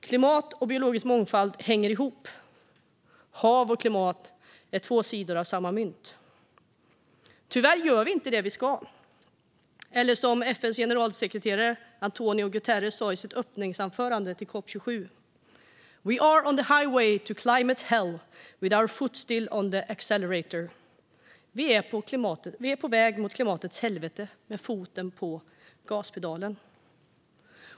Klimat och biologisk mångfald hänger ihop - hav och klimat är två sidor av samma mynt. Tyvärr gör vi inte det vi ska. Som FN:s generalsekreterare António Guterres sa i sitt öppningsanförande på COP 27: We are on the highway to climate hell with our foot still on the accelerator. Vi är på väg mot klimatets helvete med foten på gaspedalen.